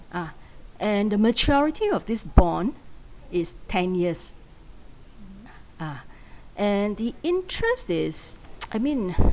ah and the maturity of these bond is ten years ah and the interest is I mean